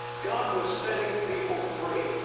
god was setting people free.